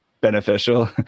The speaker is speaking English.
beneficial